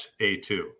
a2